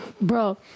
Bro